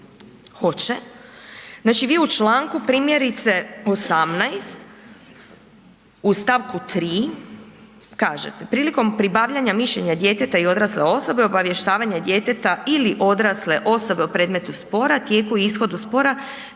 hoće. Znači vi u čl. primjerice 18. u stavku 3. kažete, prilikom pribavljanja mišljenja djeteta i odrasle osobe, obavještavanje djeteta ili odrasle osobe o predmetu spora, o tijeku i ishodu spora